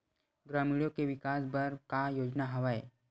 ग्रामीणों के विकास बर का योजना हवय?